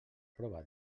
prova